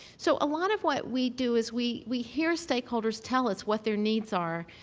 so, a lot of what we do is we we hear stakeholders tell us what their needs are,